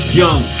young